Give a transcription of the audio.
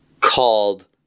called